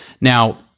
now